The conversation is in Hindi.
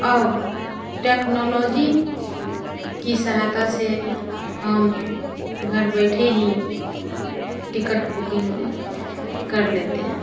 अब टेक्नोलॉजी की सहायता से हम घर बैठे ही टिकट बुकिंग कर लेते हैं